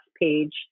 page